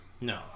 No